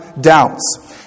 doubts